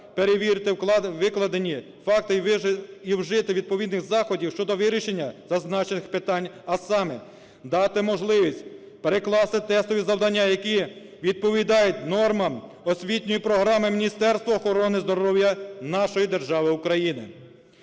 перевірити викладені факти і вжити відповідних заходів щодо вирішення зазначених питань. А саме: дати можливість перекласти тестові завдання, які відповідають нормам освітньої програми Міністерства охорони здоров'я нашої держави України.